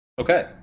Okay